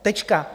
Tečka.